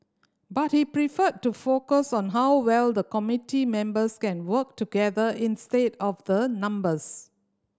but he preferred to focus on how well the committee members can work together instead of the numbers